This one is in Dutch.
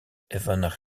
even